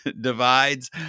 divides